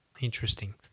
Interesting